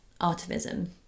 artivism